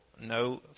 no